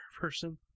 person